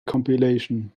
compilation